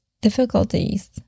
difficulties